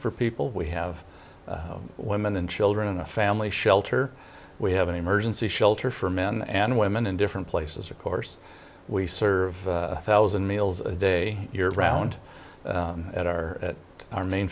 for people we have women and children in a family shelter we have an emergency shelter for men and women in different places of course we serve thousand meals a day you're around at our our main